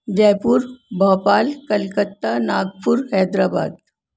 جے پور بھوپال کلکتہ ناگپور حیدرآباد